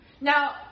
Now